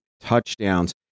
touchdowns